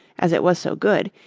as it was so good,